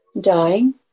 dying